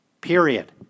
Period